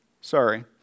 Sorry